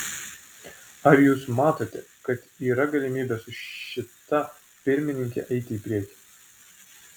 ar jūs matote kad yra galimybė su šita pirmininke eiti į priekį